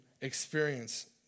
experience